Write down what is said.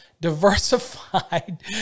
Diversified